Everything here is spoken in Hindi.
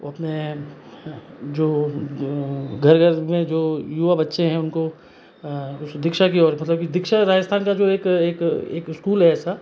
अपने जो घर घर में जो युवा बच्चे हैं उनको दीक्षा की ओर मतलब की दीक्षा राजस्थान का एक एक एक स्कूल है ऐसा